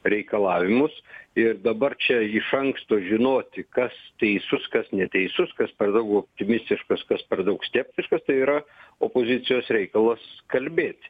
reikalavimus ir dabar čia iš anksto žinoti kas teisus kas neteisus kas per daug optimistiškas kas per daug skeptiškas tai yra opozicijos reikalas kalbėt